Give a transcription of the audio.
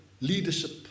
leadership